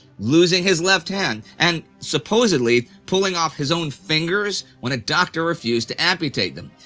losing his left hand, and supposedly pulling off his own fingers when a doctor refused to amputate them.